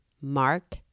Mark